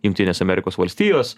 jungtinės amerikos valstijos